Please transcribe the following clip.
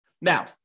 Now